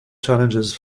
challenges